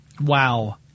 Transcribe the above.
Wow